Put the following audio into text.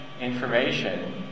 information